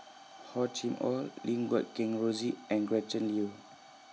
Hor Chim Or Lim Guat Kheng Rosie and Gretchen Liu